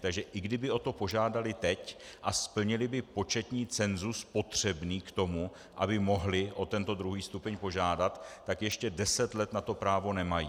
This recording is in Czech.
Takže i kdyby o to požádaly teď a splnily by početní cenzus potřebný k tomu, aby mohly o tento druhý stupeň požádat, tak ještě deset let na to právo nemají.